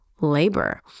labor